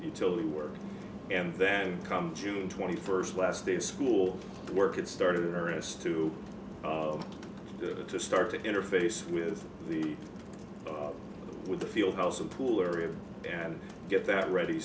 utility work and then come june twenty first last day of school work it started in earnest to good to start to interface with the with the field house and pool area and get that ready